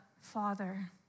Father